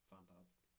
Fantastic